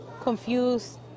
confused